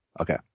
Okay